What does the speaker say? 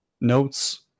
notes